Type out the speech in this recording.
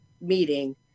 meeting